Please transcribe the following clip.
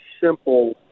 simple